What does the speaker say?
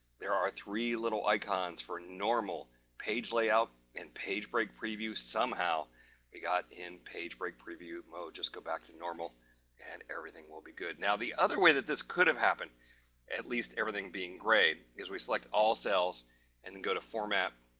there are three little icons for normal page layout and page break preview. somehow we got in page break preview mode. just go back to normal and everything will be good. now, the other way that this could have happened at least everything being grey is we select all cells and go to format